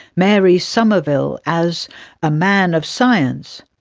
mary somerville, as a man of science.